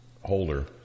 holder